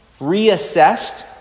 reassessed